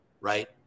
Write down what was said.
right